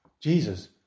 Jesus